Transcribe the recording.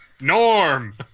Norm